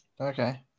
Okay